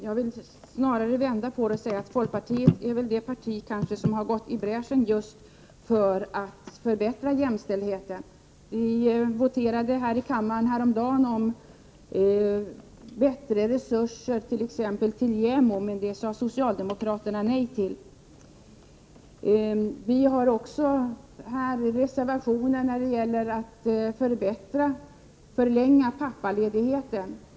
Jag vill snarare vända på det hela och säga att folkpartiet är det parti som kanske mest gått i bräschen för att förbättra jämställdheten. Vi voterade t.ex. häromdagen i kammaren för bättre resurser till Jämo, men det sade socialdemokraterna nej till. Vi har också avgett en reservation om att förlänga pappaledigheten.